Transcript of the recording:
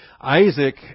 Isaac